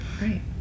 Right